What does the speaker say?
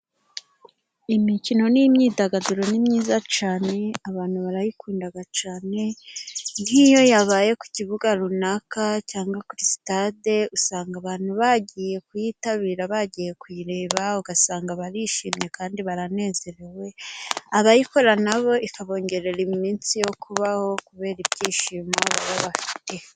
Imikino n'imyidagaduro ni myiza cyane, abantu barayikunda cyane nk'iyo yabaye ku kibuga runaka cyangwa kuri sitade, usanga abantu bagiye kuyitabira bagiye kuyireba, ugasanga barishimye kandi baranezerewe, abayikora nabo ikabongerera iminsi yo kubaho kubera ibyishimo baba bafite.